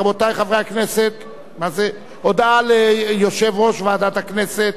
רבותי חברי הכנסת, הודעה ליושב-ראש ועדת הכנסת.